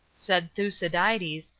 said thucydides,